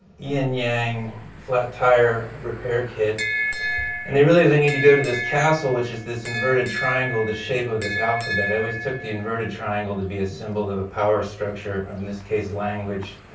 yin yang flat tire repair kit and they really they need to go to this castle which is this inverted triangle, the shape of this alphabet. i always took the inverted triangle to be a symbol of a power structure, um in this case, language,